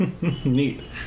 Neat